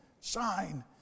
shine